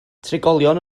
trigolion